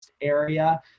area